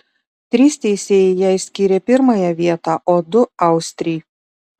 trys teisėjai jai skyrė pirmąją vietą o du austrei